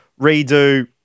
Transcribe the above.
redo